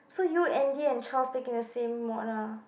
so you Andy and Charles taking the same mod lah